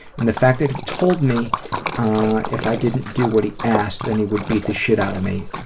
and the fact that he told me if i didn't do what he asked, then he would beat the shit out of me.